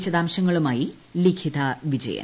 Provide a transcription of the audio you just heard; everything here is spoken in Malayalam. വിശദാംശങ്ങളുമായി ലിഖിത വിജയൻ